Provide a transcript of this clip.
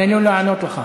תן לו לענות לך.